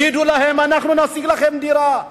אמרו להם: אנחנו נשיג לכם דירה,